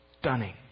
stunning